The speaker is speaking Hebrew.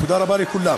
תודה רבה לכולם.